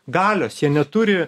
galios jie neturi